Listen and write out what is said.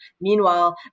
Meanwhile